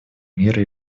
мира